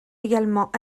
également